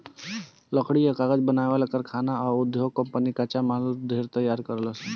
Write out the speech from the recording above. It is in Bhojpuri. लकड़ी आ कागज बनावे वाला कारखाना आ उधोग कम्पनी कच्चा माल तैयार करेलीसन